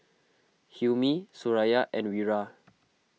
Hilmi Suraya and Wira